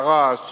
לרעש